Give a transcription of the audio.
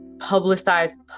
publicized